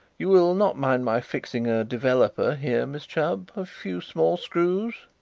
you will not mind my fixing a developer here, miss chubb a few small screws?